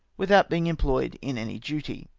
without being employed in any duty.